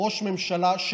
ממשלה?